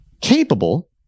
capable